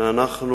אלא אנחנו